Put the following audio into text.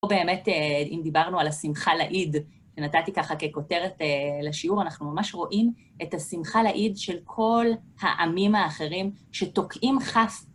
באמת, אם דיברנו על השמחה לאיד, שנתתי ככה ככותרת לשיעור, אנחנו ממש רואים את השמחה לאיד של כל העמים האחרים שתוקעים חס.